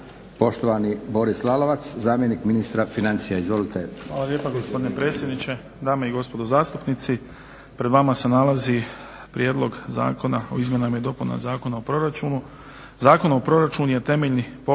Poštovani Boris Lalovac, zamjenik ministra financija. Izvolite.